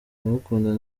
ndamukunda